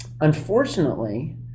unfortunately